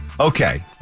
okay